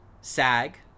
SAG